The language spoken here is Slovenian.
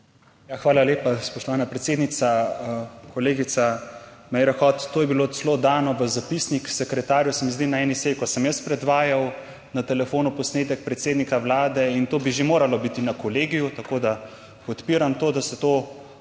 Ja, hvala lepa, spoštovana predsednica. Kolegica Meira Hot. To je bilo celo dano v zapisnik sekretarju, se mi zdi, na eni seji, ko sem jaz predvajal na telefonu posnetek predsednika Vlade in to bi že moralo biti na kolegiju, tako da podpiram to, da se to